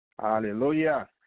Hallelujah